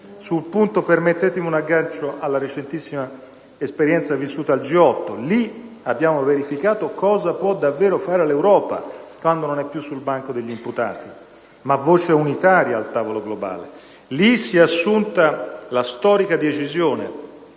Sul punto, permettetemi un aggancio alla recentissima esperienza vissuta al G8. Lì abbiamo verificato cosa può davvero fare l'Europa quando non è più sul banco degli imputati, ma voce unitaria al tavolo globale. Lì si è assunta la storica decisione